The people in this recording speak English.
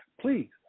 Please